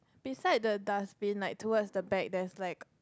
beside the dustbin like towards the bags that is like